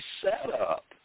setup